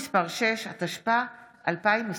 (תיקון)